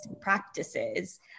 practices